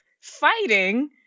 fighting